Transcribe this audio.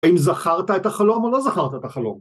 האם זכרת את החלום או לא זכרת את החלום?